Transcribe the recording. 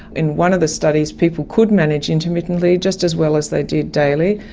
in one of the studies people could manage intermittently just as well as they did daily,